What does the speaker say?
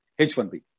H1B